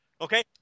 Okay